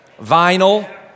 vinyl